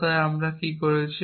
তাই আমরা তাই কি করেছি